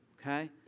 Okay